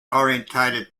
oriented